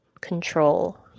control